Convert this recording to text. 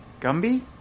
gumby